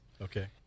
Okay